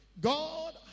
God